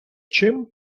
чим